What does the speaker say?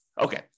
Okay